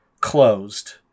closed